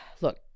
Look